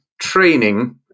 training